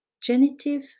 genitive